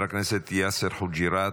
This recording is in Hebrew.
אינו נוכח, חבר הכנסת יאסר חוג'יראת,